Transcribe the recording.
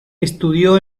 estudió